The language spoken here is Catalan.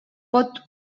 pot